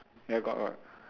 ya got got